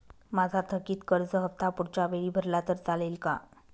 माझा थकीत कर्ज हफ्ता पुढच्या वेळी भरला तर चालेल का?